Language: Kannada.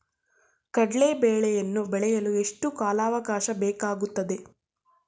ಕಡ್ಲೆ ಬೇಳೆಯನ್ನು ಬೆಳೆಯಲು ಎಷ್ಟು ಕಾಲಾವಾಕಾಶ ಬೇಕಾಗುತ್ತದೆ?